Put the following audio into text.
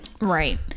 Right